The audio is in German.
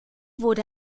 wurde